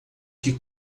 que